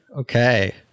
okay